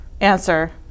answer